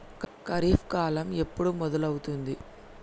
ఖరీఫ్ కాలం ఎప్పుడు మొదలవుతుంది?